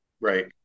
Right